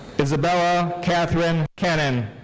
isabella katherine kuennan.